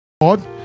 God